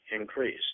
increase